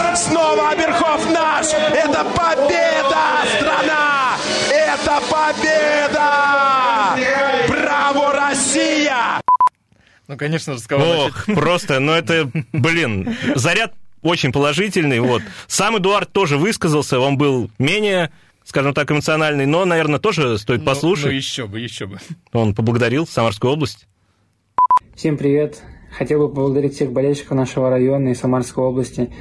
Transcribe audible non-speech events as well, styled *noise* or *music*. Снова Оберхоф наш! Это победа! Страна! Это победа! Браво, Россия! Ну, конечно же, с кого Ох, начать? просто, ну, это, *laughs* блин, заряд очень положительный, вот. Сам Эдуард тоже высказался, он был менее, скажем так, эмоциональный, но, наверно, тоже стоит Ну, послушать. ну, еще бы, еще бы. Он поблагодарил Самарскую область. Всем привет. Хотел бы поблагодарить всех болельщиков нашего района и Самарской области.